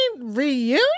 reunion